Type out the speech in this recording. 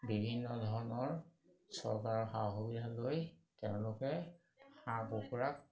বিভিন্ন ধৰণৰ চৰকাৰৰ সা সুবিধা লৈ তেওঁলোকে হাঁহ কুকুৰাক